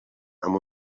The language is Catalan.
amb